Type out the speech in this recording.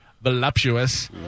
voluptuous